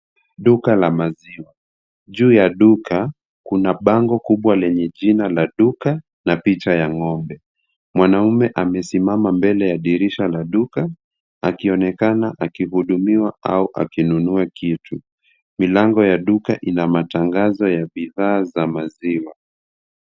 Duka la maziwa. Juu ya duka kuna bango kubwa lenye jina la duka na picha ya ng'ombe. Mwanaume amesimama mbele ya dirisha la duka akionekana akihudumiwa au akinunua kitu. Milango ya duka ina matangazo ya bidhaa za maziwa.